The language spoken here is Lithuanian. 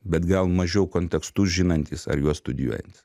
bet gal mažiau kontekstų žinantys ar juos studijuojantys